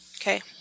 Okay